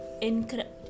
incredible